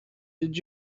did